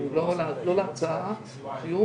לא כבדיקת סינון כמו שליטל אמרה,